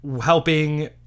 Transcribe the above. helping